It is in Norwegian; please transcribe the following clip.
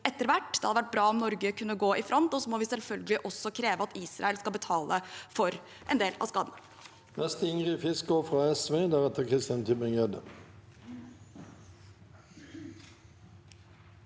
Det hadde vært bra om Norge kunne gå i front, og så må vi selvfølgelig også kreve at Israel skal betale for en del av skadene.